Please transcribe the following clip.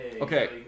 Okay